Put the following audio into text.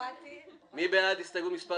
מי בעד הסתייגות מספר